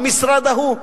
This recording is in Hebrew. המשרד ההוא,